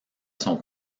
son